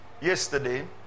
yesterday